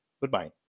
Goodbye